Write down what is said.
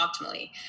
optimally